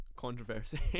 controversy